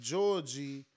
Georgie